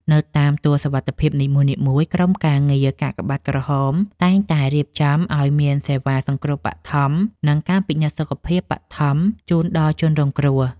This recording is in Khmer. នៅតាមទួលសុវត្ថិភាពនីមួយៗ ក្រុមការងារកាកបាទក្រហមតែងតែរៀបចំឱ្យមានសេវាសង្គ្រោះបឋម និងការពិនិត្យសុខភាពបឋមជូនដល់ជនរងគ្រោះ។